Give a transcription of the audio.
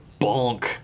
Bonk